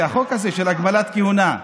החוק הזה של הגבלת כהונה.